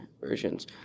versions